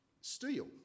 steel